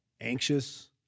Anxious